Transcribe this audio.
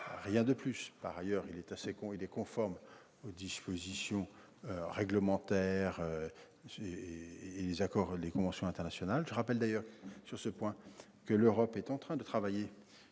rien de plus. Par ailleurs, cet article est conforme aux dispositions réglementaires et aux conventions internationales. Je rappelle à cet égard que l'Europe est en train de travailler